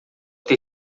ter